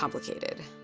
complicated.